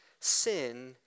sin